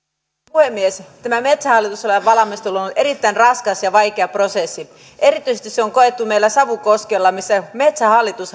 puhemies tämä metsähallitus lain valmistelu on ollut erittäin raskas ja vaikea prosessi erityisesti se on koettu meillä savukoskella missä metsähallitus